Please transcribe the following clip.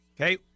Okay